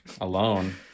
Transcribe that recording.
alone